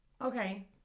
Okay